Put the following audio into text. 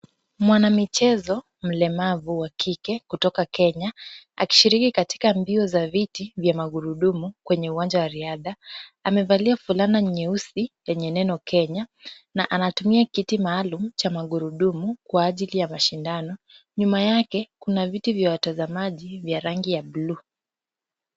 Mwanamichezo mlemavu wa kike kutoka Kenya, akishiriki katika mbio za viti vya magurudumu kwenye uwanja wa riadha. Amevalia fulana nyeusi yenye neno Kenya na anatumia kiti maalum cha magurudumu kwa ajili ya mashindano. Nyuma yake kuna viti vya watazamaji vya rangi ya buluu.